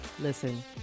listen